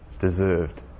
deserved